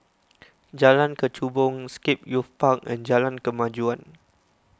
Jalan Kechubong Scape Youth Park and Jalan Kemajuan